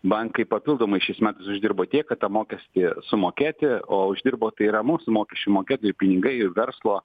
bankai papildomai šiais metais uždirbo tiek kad tą mokestį sumokėti o uždirbo tai yra mūsų mokesčių mokėtojų pinigai ir verslo